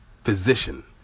physician